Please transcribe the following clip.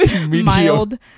mild